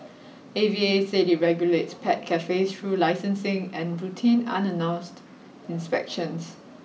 A V A said it regulates pet cafes through licensing and routine unannounced inspections